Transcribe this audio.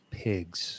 pigs